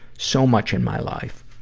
so much in my life.